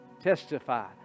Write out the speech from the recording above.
testify